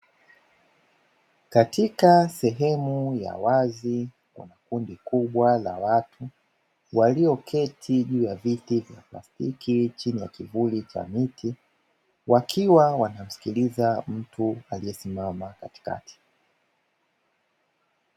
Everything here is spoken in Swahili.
Katika sehemu ya wazi kuna kundi kubwa la watu, walioketi juu ya viti vya plastiki chini ya kivuli cha miti, wakiwa wanamsikiliza mtu aliyesimama katikati.